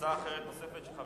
הצעה אחרת של חבר